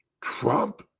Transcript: Trump